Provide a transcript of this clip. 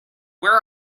where